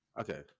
Okay